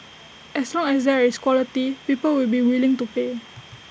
as long as there is quality people will be willing to pay